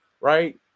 right